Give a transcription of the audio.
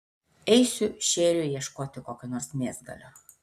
eisiu šėriui ieškoti kokio nors mėsgalio